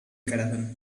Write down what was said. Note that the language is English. caravan